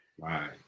Right